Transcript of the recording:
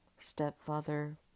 stepfather